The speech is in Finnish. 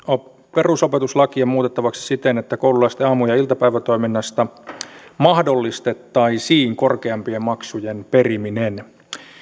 perusopetuslakia muutettavaksi siten että koululaisten aamu ja iltapäivätoiminnasta mahdollistettaisiin korkeampien maksujen periminen